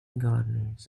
gardeners